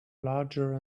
larger